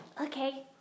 Okay